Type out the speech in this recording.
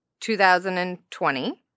2020